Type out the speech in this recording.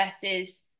versus